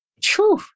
True